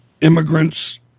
immigrants